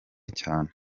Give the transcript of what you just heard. cyane